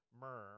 myrrh